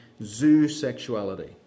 zoosexuality